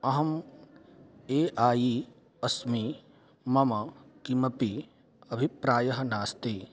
अहम् A I अस्मि मम किमपि अभिप्रायः नास्ति